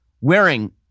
wearing